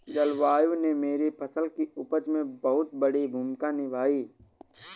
जलवायु ने मेरी फसल की उपज में बहुत बड़ी भूमिका निभाई